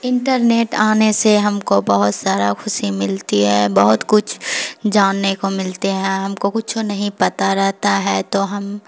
internet آنے سے ہم کو بہت سارا خوشی ملتی ہے بہت کچھ جاننے کو ملتے ہیں ہم کو کچھو نہیں پتہ رہتا ہے تو ہم